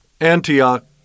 Antioch